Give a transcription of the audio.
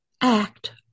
act